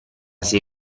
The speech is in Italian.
sei